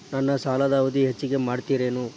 ನನ್ನ ಸಾಲದ ಅವಧಿ ಹೆಚ್ಚಿಗೆ ಮಾಡ್ತಿರೇನು?